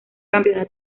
campeonato